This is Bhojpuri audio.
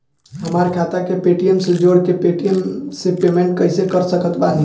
हमार खाता के पेटीएम से जोड़ के पेटीएम से पेमेंट कइसे कर सकत बानी?